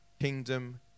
kingdom